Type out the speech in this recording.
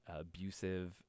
abusive